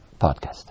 podcast